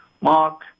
Mark